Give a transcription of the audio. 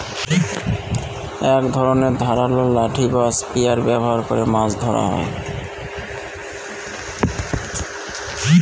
এক ধরনের ধারালো লাঠি বা স্পিয়ার ব্যবহার করে মাছ ধরা হয়